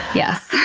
yes.